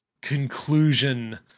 conclusion